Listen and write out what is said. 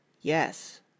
Yes